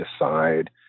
decide